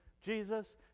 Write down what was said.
Jesus